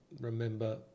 remember